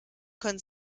können